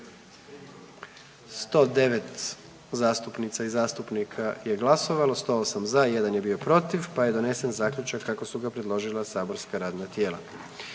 108 zastupnica i zastupnika, 101 za, 7 suzdržanih, tako da je donesen Zaključak kako su ga predložila saborska radna tijela.